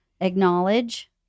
Acknowledge